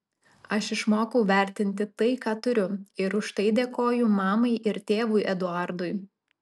aš išmokau vertinti tai ką turiu ir už tai dėkoju mamai ir tėvui eduardui